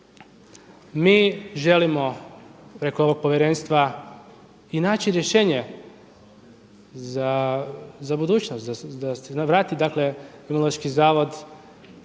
Mi želimo preko ovog Povjerenstva i naći rješenje za budućnost, da se vrati dakle Imunološki zavod